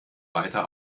weiter